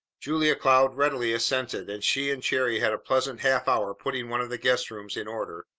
julia cloud readily assented, and she and cherry had a pleasant half-hour putting one of the guest-rooms in order.